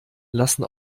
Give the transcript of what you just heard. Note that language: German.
lassen